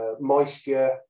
moisture